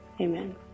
Amen